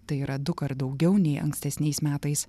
tai yra dukart daugiau nei ankstesniais metais